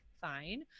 fine